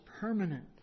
permanent